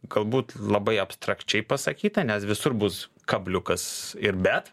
galbūt labai abstrakčiai pasakyta nes visur bus kabliukas ir bet